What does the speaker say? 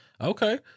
okay